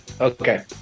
Okay